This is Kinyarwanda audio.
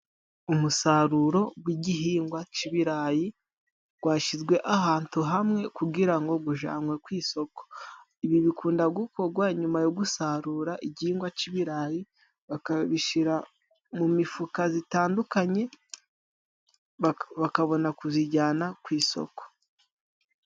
Umusaruro gw'igihingwa c'ibirayi gwashizwe ahantu hamwe kugira ngo gujanwe ku isoko, ibi bikunda gukogwa nyuma yo gusarura igihingwa c'ibirayi bakabishira mu mifuka zitandukanye bakabona kuzijyana ku isoko.